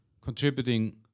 contributing